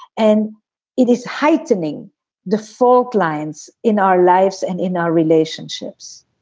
and it is heightening the fault lines in our lives and in our relationships